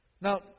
Now